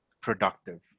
productive